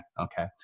Okay